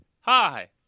Hi